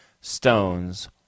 stones